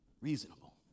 reasonable